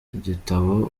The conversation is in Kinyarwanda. igitabo